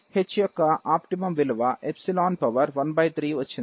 h యొక్క optimum విలువ epsilon 1 3 వచ్చింది